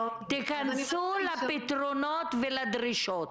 תיכנסו לפתרונות ולדרישות.